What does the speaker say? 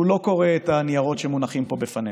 הוא לא קורא את הניירות שמונחים פה בפנינו,